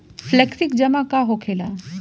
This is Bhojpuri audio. फ्लेक्सि जमा का होखेला?